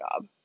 job